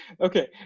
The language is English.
Okay